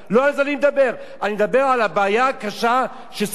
אני מדבר על הבעיה הקשה ששוררת בתוך מדינת ישראל.